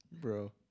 Bro